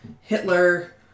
Hitler